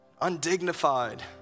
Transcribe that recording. undignified